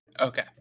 Okay